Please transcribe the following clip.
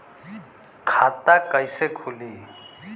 खाता कईसे खुली?